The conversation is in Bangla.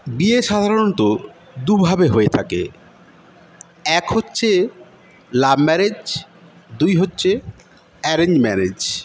বিয়ে সাধারণত দুভাবে হয়ে থাকে এক হচ্ছে লাভ ম্যারেজ দুই হচ্ছে অ্যারেঞ্জ ম্যারেজ